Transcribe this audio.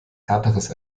härteres